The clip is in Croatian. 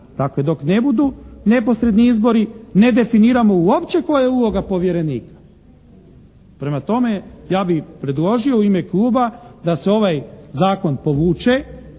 dakle dok ne budu neposredni izbori, ne definiramo uopće koja je uloga povjerenika. Prema tome, ja bih predložio u ime kluba da se ovaj zakon povuče,